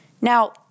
Now